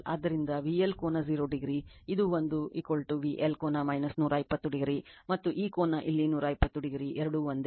ಆದ್ದರಿಂದ VL ಕೋನ 0oಇದು ಒಂದು VL ಕೋನ 120o ಮತ್ತು ಈ ಕೋನ ಇಲ್ಲಿ120o ಎರಡೂ ಒಂದೇ